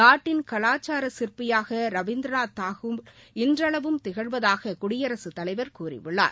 நாட்டின் கவாச்சார சிற்பியாக ரவீந்திரநாத் தாகூர் இன்றளவும் திகழ்வதாக குடியரசுத் தலைவர் கூறியுள்ளார்